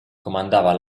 comandava